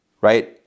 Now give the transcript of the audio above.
right